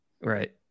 Right